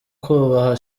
kubaha